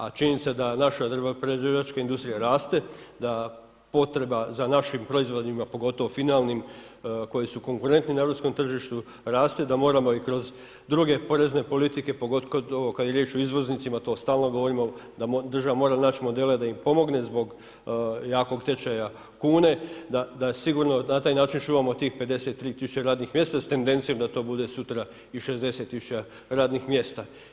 A činjenica da naša drvno prerađivačka industrija raste, da potreba za našim proizvodima, pogotovo finalnim koji su konkurentni na europskom tržištu raste, da moramo i kroz druge porezne politike pogotovo kad je riječ o izvoznicima, to stalno govorimo da država mora naći modele da im pomogne zbog jakog tečaja kune, da sigurno na taj način čuvamo tih 53 000 radnih mjesta sa tendencijom da to bude sutra i 60 000 radnih mjesta.